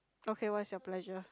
okay what is your pleasure